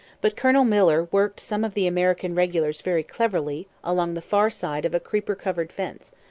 but colonel miller worked some of the american regulars very cleverly along the far side of a creeper-covered fence,